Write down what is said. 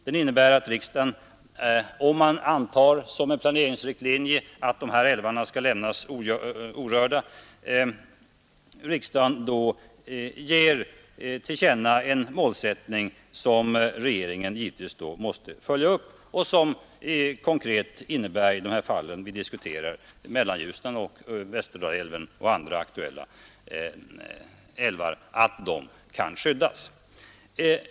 Den innebär, om man som en planeringsriktlinje antar att de här älvarna skall lämnas orörda, att riksdagen anger en målsättning som regeringen då givetvis måste följa upp och som i de konkreta fall vi diskuterar innebär att Mellanljusnan och Västerdalälven och andra aktuella älvar kan skyddas.